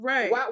Right